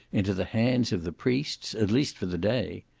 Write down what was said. into the hands of the priests, at least, for the day.